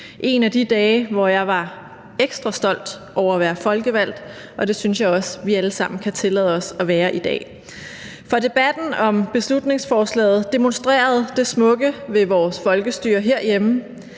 en af de dage, hvor jeg var ekstra stolt over at være folkevalgt. Og det synes jeg også vi alle sammen kan tillade os at være i dag. For debatten om beslutningsforslaget demonstrerede det smukke ved vores folkestyre herhjemme,